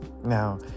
Now